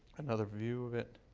another view of it.